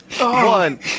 One